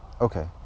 Okay